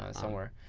um somewhere.